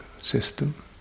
system